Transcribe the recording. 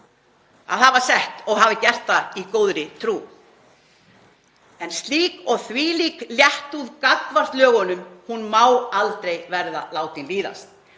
að hafa sett og hafa gert það í góðri trú. En slík og þvílík léttúð gagnvart lögunum má aldrei líðast.